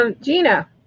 Gina